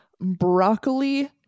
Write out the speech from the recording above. broccoli